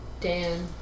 Dan